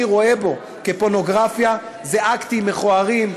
רואה בו פורנוגרפיה זה אקטים מכוערים,